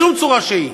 בשום צורה שהיא.